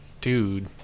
dude